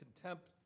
contempt